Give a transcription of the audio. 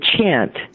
chant